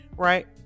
right